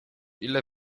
ile